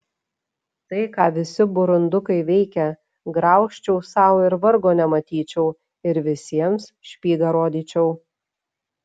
tai ką visi burundukai veikia graužčiau sau ir vargo nematyčiau ir visiems špygą rodyčiau